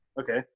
Okay